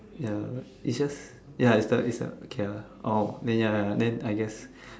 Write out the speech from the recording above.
ya is just ya is the is the okay ah oh then ya ya I guess